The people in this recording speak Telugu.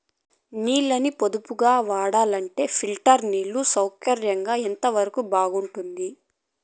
నీళ్ళ ని పొదుపుగా వాడాలంటే స్ప్రింక్లర్లు నీళ్లు సౌకర్యం ఎంతవరకు బాగుంటుంది?